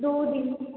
दो दिन